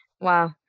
Wow